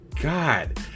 God